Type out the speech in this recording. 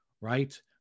Right